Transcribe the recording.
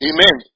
Amen